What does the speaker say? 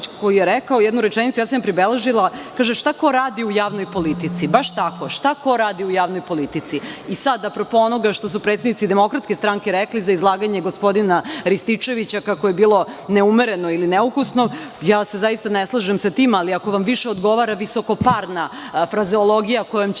koji je rekao jednu rečenicu, a ja sam je pribeležila. On kaže - šta ko radi u javnoj politici? Baš tako. Šta ko radi u javnoj politici? Sada, a pro po onoga što su predsednici DS rekli za izlaganje gospodina Rističevića, kako je bilo neumereno ili neukusno, ja se zaista ne slažem sa tim, ali ako vam više odgovara visokoparna fraziologija, kojom ćemo